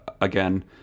again